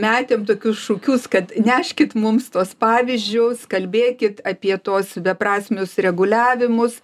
metėm tokius šūkius kad neškit mums tuos pavyzdžius kalbėkit apie tuos beprasmius reguliavimus